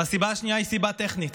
והסיבה השנייה היא סיבה טכנית.